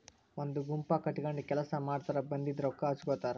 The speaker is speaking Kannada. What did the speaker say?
ಒಂದ ಗುಂಪ ಕಟಗೊಂಡ ಕೆಲಸಾ ಮಾಡತಾರ ಬಂದಿದ ರೊಕ್ಕಾ ಹಂಚಗೊತಾರ